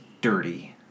dirty